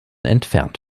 entfernt